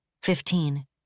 Fifteen